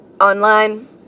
online